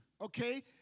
okay